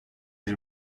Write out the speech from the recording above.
τις